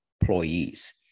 employees